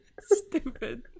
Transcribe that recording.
Stupid